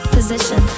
Position